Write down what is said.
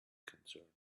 concerned